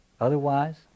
Otherwise